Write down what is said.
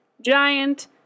giant